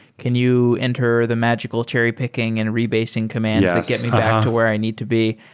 can you enter the magical cherry picking and rebasing commands that get me back to where i need to be?